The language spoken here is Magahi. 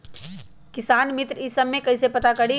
किसान मित्र ई सब मे कईसे पता करी?